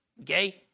okay